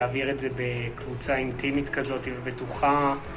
להעביר את זה בקבוצה אינטימית כזאת, ובטוחה.